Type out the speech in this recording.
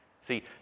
See